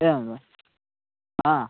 एवं वा आ